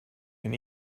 can